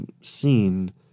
seen